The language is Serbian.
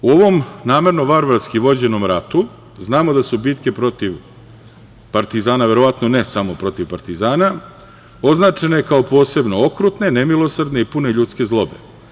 U ovom namerno varvarski vođenom ratu znamo da su bitke protiv partizana verovatno ne samo protiv partizana, označene kao posebno okrutne, nemilosrdne i pune ljudske zlobe.